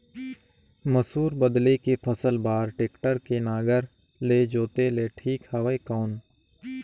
मसूर बदले के फसल बार टेक्टर के नागर ले जोते ले ठीक हवय कौन?